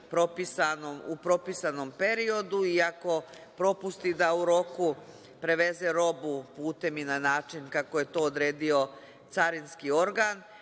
u propisanom periodu i ako propusti da u roku preveze robu putem i na način kako je to odredio carinski organ.